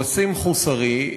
וסים חוסרי,